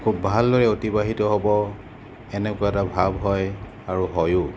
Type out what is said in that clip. খুব ভালদৰে অতিবাহিত হ'ব এনেকুৱা এটা ভাব হয় আৰু হয়ো